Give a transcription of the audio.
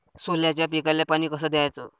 सोल्याच्या पिकाले पानी कस द्याचं?